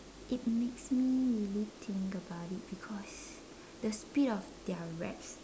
it makes me really think about it because the speed of their rap